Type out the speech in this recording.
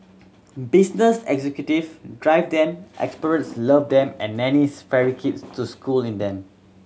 business executive drive them expatriates love them and nannies ferry kids to school in them